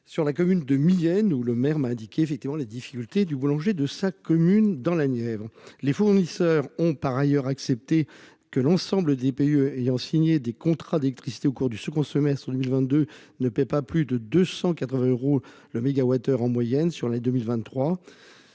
sur la commune de Mylène où le maire m'a indiqué effectivement les difficultés du boulanger de sa commune dans la Nièvre. Les fournisseurs ont par ailleurs accepté que l'ensemble des pays ayant signé des contrats d'électricité au cours du second semestre 2022 ne paie pas plus de 280 euros le mégawattheure. En moyenne sur les 2023